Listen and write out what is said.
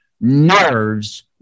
Nerves